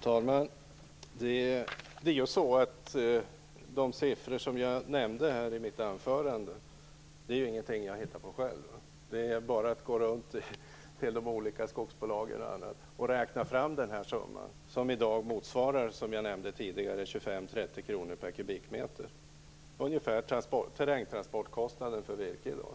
Fru talman! De siffror som jag nämnde i mitt anförande har jag inte hittat på själv. Det är bara att gå runt till de olika skogsbolagen och räkna fram summan, som i dag motsvarar 25-30 kr per kubikmeter, som jag nämnde tidigare. Det är ungefär terrängtransportkostnaden för virke i dag.